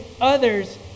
others